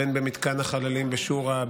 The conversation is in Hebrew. בין במתקן החללים בשורה,